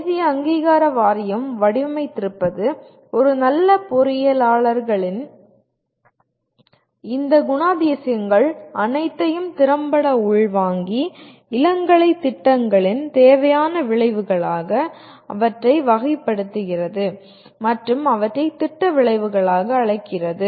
தேசிய அங்கீகார வாரியம் வடிவமைத்திருப்பது ஒரு நல்ல பொறியியலாளர்களின் இந்த குணாதிசயங்கள் அனைத்தையும் திறம்பட உள்வாங்கி இளங்கலை திட்டங்களின் தேவையான விளைவுகளாக அவற்றை வகைப்படுத்துகிறது மற்றும் அவற்றை திட்ட விளைவுகளாக அழைக்கிறது